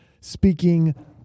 speaking